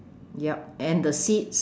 yup and the seats